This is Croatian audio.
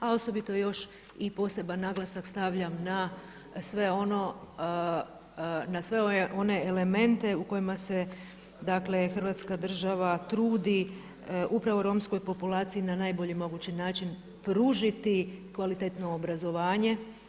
A osobito još i poseban naglasak stavljam na sve one elemente u kojima se Hrvatska država trudi upravo romskoj populaciji na najbolji mogući način pružiti kvalitetno obrazovanje.